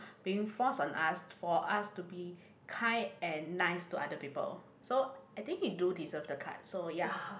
being forced on us for us to be kind and nice to other people so I think you do deserve the card so ya